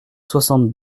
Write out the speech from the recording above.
soixante